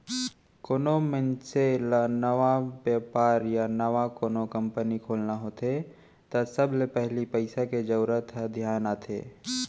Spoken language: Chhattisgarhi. कोनो मनसे ल नवा बेपार या नवा कोनो कंपनी खोलना होथे त सबले पहिली पइसा के जरूरत ह धियान आथे